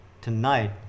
Tonight